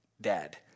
dad